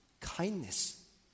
Kindness